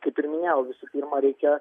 kaip ir minėjau visų pirma reikia